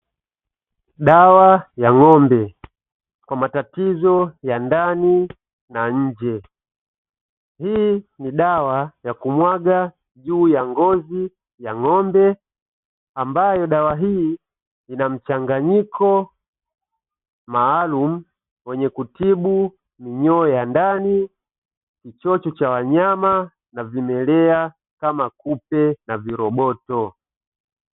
Dawa ya ng'ombe; kwa matatizo ya ndani na nje. Hii ni dawa ya kumwaga juu ya ngozi ya ng'ombe, ambayo dawa hii inamchanganyiko maalumu wenye kutibu minyoo ya ndani, kichocho cha wanyama, na vimelea kama kupe na viroboto.